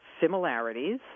similarities